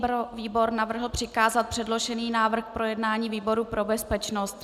Organizační výbor navrhl přikázat předložený návrh k projednání výboru pro bezpečnost.